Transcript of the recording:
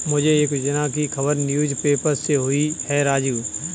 मुझे एक योजना की खबर न्यूज़ पेपर से हुई है राजू